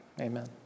Amen